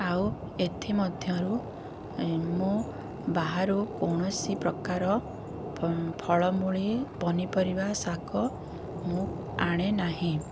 ଆଉ ଏଥି ମଧ୍ୟରୁ ମୁଁ ବାହାରୁ କୋଣସି ପ୍ରକାର ଫଳମୂଳ ପନିପରିବା ଶାଗ ମୁଁ ଆଣେ ନାହିଁ